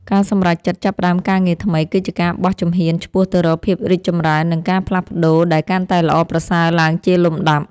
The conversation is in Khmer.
ការសម្រេចចិត្តចាប់ផ្ដើមការងារថ្មីគឺជាការបោះជំហានឆ្ពោះទៅរកភាពរីកចម្រើននិងការផ្លាស់ប្តូរដែលកាន់តែល្អប្រសើរឡើងជាលំដាប់។